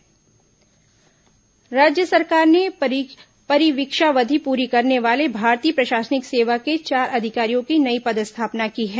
अधिकारी नवीन पदस्थापना राज्य सरकार ने परीवीक्षावधि पूरी करने वाले भारतीय प्रशासनिक सेवा के चार अधिकारियों की नई पदस्थापना की है